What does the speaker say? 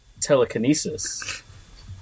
telekinesis